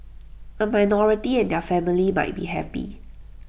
A minority and their family might be happy